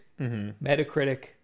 Metacritic